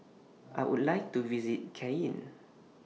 I Would like to visit Cayenne